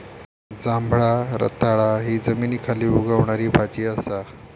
जांभळा रताळा हि जमनीखाली उगवणारी भाजी असा